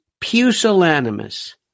Pusillanimous